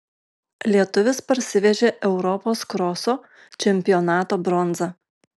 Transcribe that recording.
lietuvis parsivežė europos kroso čempionato bronzą